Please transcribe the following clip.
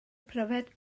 pryfed